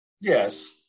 Yes